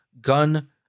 gun